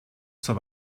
zur